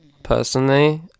personally